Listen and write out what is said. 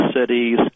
cities